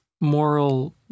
moral